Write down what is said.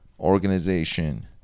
organization